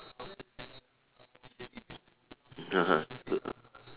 (uh huh) good ah